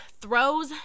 throws